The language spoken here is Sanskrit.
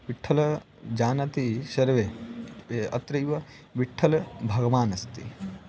विठ्ठलं जानन्ति सर्वे अत्रैव विठ्ठलभगवान् अस्ति